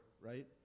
right